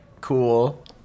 cool